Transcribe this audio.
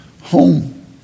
home